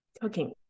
cooking